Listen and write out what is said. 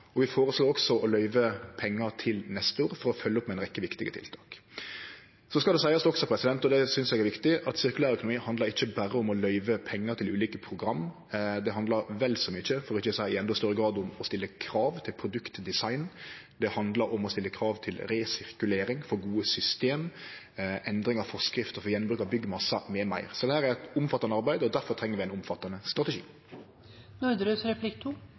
Vi føreslår også å løyve pengar til neste år for å følgje opp med ei rekkje viktige tiltak. Så skal det også seiast, og det synest eg er viktig, at sirkulær økonomi handlar ikkje berre om å løyve pengar til ulike program. Det handlar vel så mykje, for ikkje å seie i endå større grad, om å stille krav til produktdesign. Det handlar om å stille krav til resirkulering for gode system, endring av forskrift for gjenbruk av byggmassar m.m. Dette er eit omfattande arbeid, og derfor treng vi ein omfattande